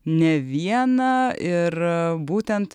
ne vieną ir būtent